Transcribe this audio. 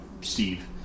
Steve